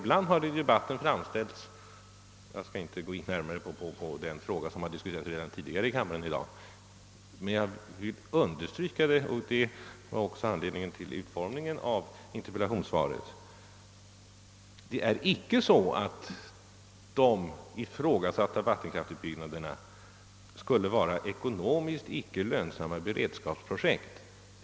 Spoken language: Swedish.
Jag skall inte gå närmare in på den fråga som har diskuterats tidigare i dag i kammaren, men jag vill understryka — det är också anledningen till utformningen av interpellationssvaret — att det icke förhåller sig så att de ifrågasatta vattenkraftsutbyggnaderna skulle vara ekonomiskt icke lönsamma beredskapsprojekt.